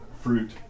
fruit